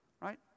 right